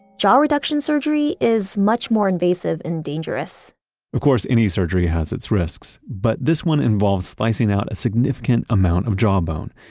jaw reduction surgery is much more invasive and dangerous of course, any surgery has its risks, but this one involves slicing out a significant amount of jaw bone,